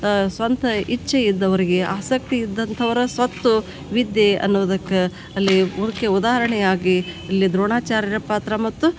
ಸ್ವಂತ ಇಚ್ಛೆ ಇದ್ದವ್ರಿಗೆ ಆಸಕ್ತಿ ಇದ್ದಂಥವರ ಸ್ವತ್ತು ವಿದ್ಯೆ ಅನ್ನೋದಕ್ಕೆ ಅಲ್ಲಿ ಉರ್ಕೆ ಉದಾಹರಣೆಯಾಗಿ ಅಲ್ಲಿ ದ್ರೋಣಾಚಾರ್ಯರ ಪಾತ್ರ ಮತ್ತು